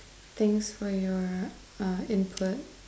thanks for your uh input